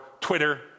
Twitter